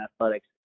athletics